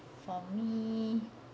for me